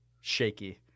shaky